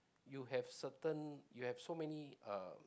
you have certain you have so many uh